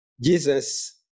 Jesus